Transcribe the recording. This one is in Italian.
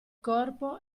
corpo